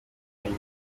nyina